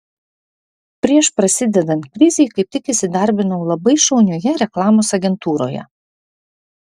prieš prasidedant krizei kaip tik įsidarbinau labai šaunioje reklamos agentūroje